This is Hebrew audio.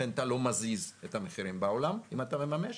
לכן אתה לא מזיז את המחירים בעולם אם אתה ממש.